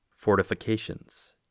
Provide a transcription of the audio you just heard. Fortifications